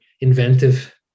inventive